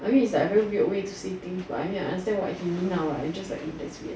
I mean it's very weird way to say things but I understand what he means lah but just like that's weird